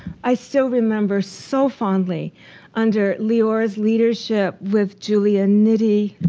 i still remember so fondly under leora's leadership, with julia nidhi,